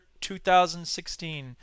2016